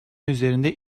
üzerinde